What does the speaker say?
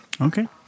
okay